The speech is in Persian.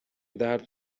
درد